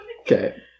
Okay